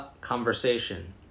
conversation